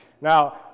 Now